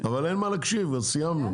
מה להקשיב; סיימנו.